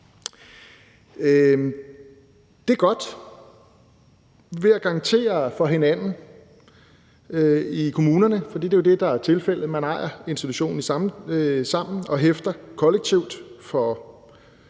Det er godt. Ved at garantere for hinanden i kommunerne – for det er jo det, der er tilfældet, altså at man ejer institutionen sammen og hæfter kollektivt for